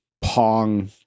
Pong